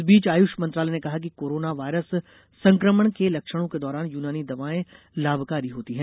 इस बीच आयुष मंत्रालय ने कहा है कि कोरोना वायरस संक्रमण के लक्षणों के दौरान यूनानी दवाएं लाभकारी होती हैं